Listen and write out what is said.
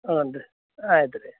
ಹ್ಞೂ ರೀ ಆಯ್ತು ರೀ